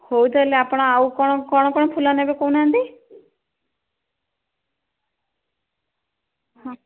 ହଉ ତାହେଲେ ଆପଣ ଆଉ କଣ କଣ ଫୁଲ ନେବେ କହୁନାହାଁନ୍ତି ହଁ